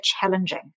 challenging